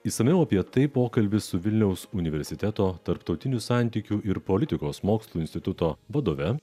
išsamiau apie tai pokalbis su vilniaus universiteto tarptautinių santykių ir politikos mokslų instituto vadove